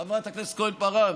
חברת הכנסת כהן-פארן,